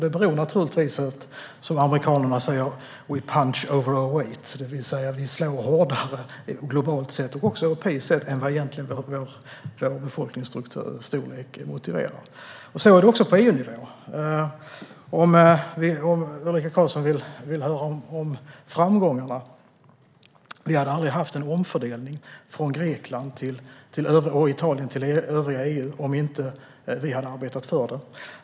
Det beror på att vi, som amerikanerna säger, punch over our weight. Det vill säga att vi slår hårdare, globalt och även europeiskt sett, än vår befolkningsstorlek motiverar. Så är det också på EU-nivå. Ulrika Karlsson vill höra om framgångarna. Vi hade aldrig haft en omfördelning från Grekland och Italien till övriga EU om inte Sverige hade arbetat för det.